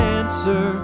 answer